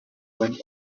went